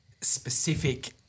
specific